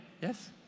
yes